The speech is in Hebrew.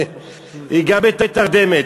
היא גם בתרדמת,